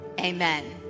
amen